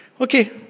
Okay